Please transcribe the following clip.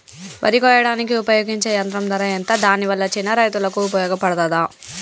వరి కొయ్యడానికి ఉపయోగించే యంత్రం ధర ఎంత దాని వల్ల చిన్న రైతులకు ఉపయోగపడుతదా?